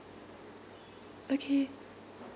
okay